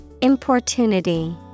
Importunity